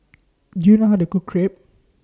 Do YOU know How to Cook Crepe